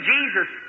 Jesus